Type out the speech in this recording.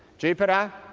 jupiter,